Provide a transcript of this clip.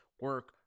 Work